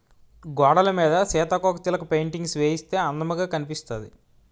గోడలమీద సీతాకోకచిలక పెయింటింగ్స్ వేయిస్తే అందముగా కనిపిస్తాది